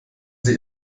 sie